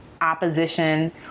opposition